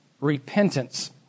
Repentance